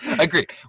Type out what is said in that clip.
Agreed